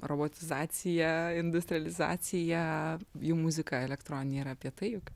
robotizaciją industrializaciją jų muzika elektroninė yra apie tai juk